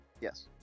Yes